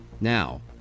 Now